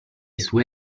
sue